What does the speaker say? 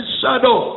shadow